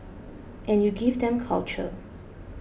and you give them culture